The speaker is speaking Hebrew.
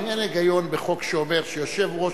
האם אין היגיון בחוק שאומר שגיל יושב-ראש